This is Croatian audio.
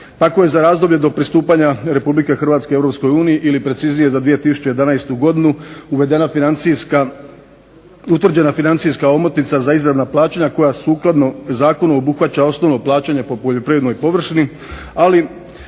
Tako je za razdoblje do pristupanja Republike Hrvatske Europskoj uniji ili preciznije za 2011. godinu utvrđena financijska omotnica za izravna plaćanja koja sukladno zakonu obuhvaća osnovno plaćanje po poljoprivrednoj površini, ali